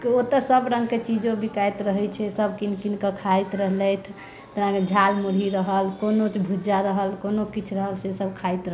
ओतऽ सभ रङ्ग के चीजो बिकाइत रहै छै सभ किन किन कऽ खाथि रहलथि झाल मुरही रहल कोनो भुज्जा रहल कोनो किछु रहल से सभ खाथि रहलथि